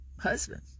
husband